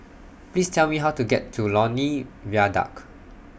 Please Tell Me How to get to Lornie Viaduct